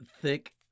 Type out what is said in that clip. Thick